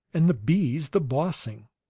and the bees the bossing!